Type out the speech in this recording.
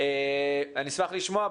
אשמח לשמוע,